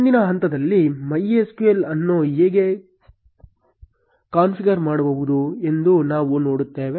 ಮುಂದಿನ ಹಂತದಲ್ಲಿ MySQL ಅನ್ನು ಹೇಗೆ ಕಾನ್ಫಿಗರ್ ಮಾಡುವುದು ಎಂದು ನಾವು ನೋಡುತ್ತೇವೆ